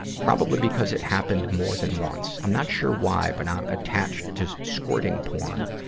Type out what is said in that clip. probably because it happened more than once. i'm not sure why, but i'm attached to squirting porn.